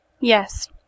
Yes